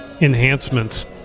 enhancements